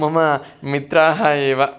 मम मित्राः एव